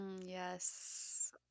Yes